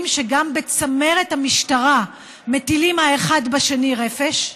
שגם בצמרת המשטרה מטילים האחד בשני רפש.